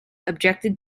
objected